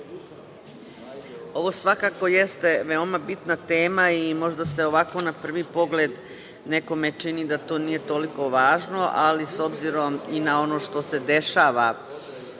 Ovo svakako jeste veoma bitna tema i možda se na prvi pogled nekome čini da to nije toliko važno, ali s obzirom i na ono što se dešava